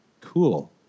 Cool